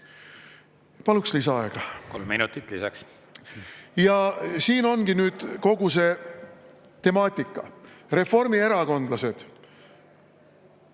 minutit lisaks. Kolm minutit lisaks. Siin ongi nüüd kogu see temaatika. Reformierakondlased